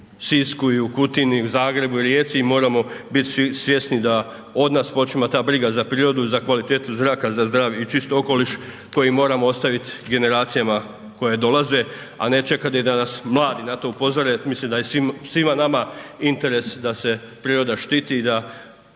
u Sisku i u Kutini, u Zagrebu i Rijeci i moramo biti svi svjesni da od nas počinje ta briga za prirodu i za kvalitetu zraka za zdravi i čisti okoliš koji moramo ostaviti generacijama koje dolaze a ne čekati da nas mladi na to upozore. Mislim da je svima nama interes da se priroda štiti i da